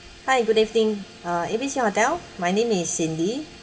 hi good evening uh A B C hotel my name is cindy